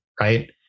Right